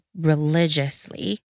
religiously